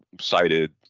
cited